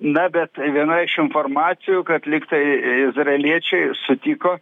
na bet viena iš informacijų kad lyg tai izraeliečiai sutiko